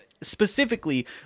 Specifically